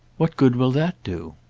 what good will that do?